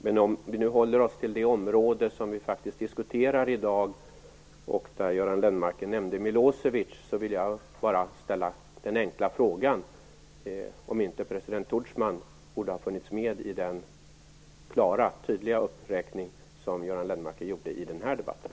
Men om vi håller oss till det område som vi faktiskt diskuterar i dag, där Göran Lennmarker nämnde Milosevic, vill jag bara ställa den enkla frågan: Borde inte president Tudjman ha funnits med i den klara och tydliga uppräkning som Göran Lennmarker gjorde i den här debatten?